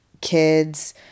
kids